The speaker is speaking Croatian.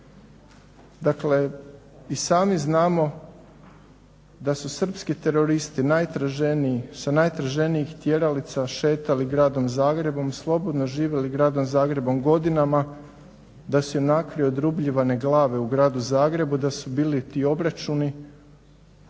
Dakle, i sami znamo da su srpski teroristi najtraženiji, sa najtraženijih tjeralica šetali gradom Zagrebom, slobodno živjeli gradom Zagrebom godinama, da su na kraju odrubljivane glave u gradu Zagrebu, da su bili ti obračuni.